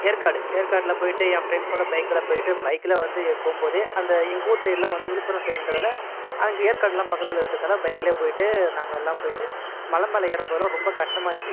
ஏற்காடு ஏற்காடில் போயிட்டு என் ஃப்ரண்ட்ஸோடு பைக்கில் போயிட்டு பைக்கில் வந்து போகும் போதே அந்த எங்கள் ஊர் சைடெலாம் வந்து விழுப்புரம் சைடுன்றதால் அங்கே ஏற்காடுலாம் பக்கத்தில் இருக்கறதால் பைக்கிலையே போயிட்டு நாங்கள் எல்லாம் போயிட்டு மலை மேல் ஏறும் போதெலாம் ரொம்ப கஷ்டமாக இருந்துச்சு